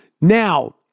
Now